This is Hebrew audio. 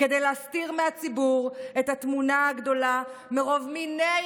כדי להסתיר מהציבור את התמונה הגדולה מרוב מיני